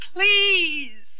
Please